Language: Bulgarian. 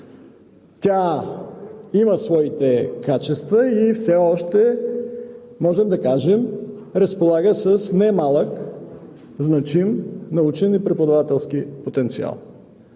Тя има своите качества и все още можем да кажем разполага с немалък, значим и преподавателски потенциал.